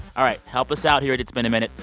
all right. help us out here at it's been a minute.